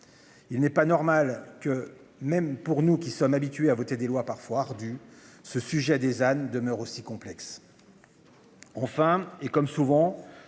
Il n'est pas normal que, même pour nous qui sommes habitués à voter des lois parfois ardu ce sujet des ânes demeure aussi complexe.